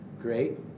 Great